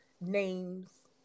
names